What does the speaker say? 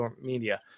media